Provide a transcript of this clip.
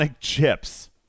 chips